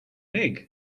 egg